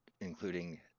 Including